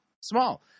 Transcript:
small